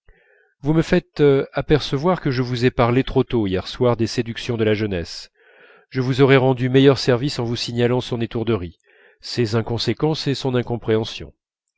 vous me faites apercevoir que je vous ai parlé trop tôt hier soir des séductions de la jeunesse je vous aurais rendu meilleur service en vous signalant son étourderie ses inconséquences et son incompréhension